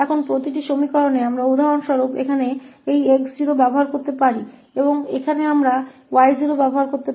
अब प्रत्येक समीकरण में हम उदाहरण के लिए यहाँ इस 𝑥 का उपयोग कर सकते हैं और यहाँ हम 𝑦 का उपयोग कर सकते हैं